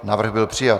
Návrh byl přijat.